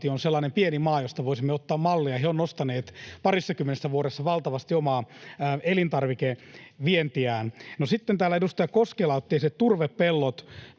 on sellainen pieni maa, josta voisimme ottaa mallia. He ovat nostaneet parissakymmenessä vuodessa valtavasti omaa elintarvikevientiään. No, sitten täällä edustaja Koskela otti esille turvepellot.